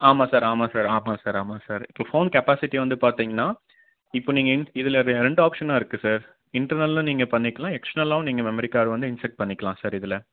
ஆமாம் சார் ஆமாம் சார் ஆமாம் சார் ஆமாம் சார் இப்போ ஃபோன் கெப்பாசிட்டி வந்து பார்த்தீங்கன்னா இப்போ நீங்கள் இன் இதில் ரெ ரெண்டு ஆப்ஷனா இருக்குது சார் இன்டர்னலா நீங்க பண்ணிக்கலாம் எக்ஸ்டர்னலாவும் நீங்கள் மெமரி கார்டு வந்து இன்ஸெர்ட் பண்ணிக்கலாம் சார் இதில்